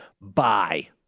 Bye